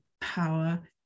power